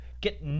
get